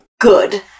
Good